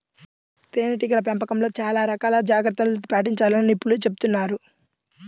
తేనెటీగల పెంపకంలో చాలా రకాల జాగ్రత్తలను పాటించాలని నిపుణులు చెబుతున్నారు